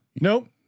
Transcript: Nope